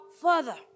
further